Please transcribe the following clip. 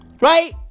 Right